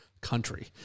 country